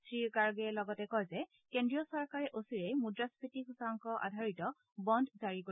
শ্ৰীগাৰ্গে লগতে কয় যে কেন্দ্ৰীয় চৰকাৰে অচিৰেই মুদ্ৰাস্ফীতি সূচাংক আধাৰিত বণু জাৰি কৰিব